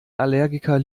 allergiker